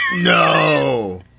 no